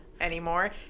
anymore